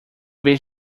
vez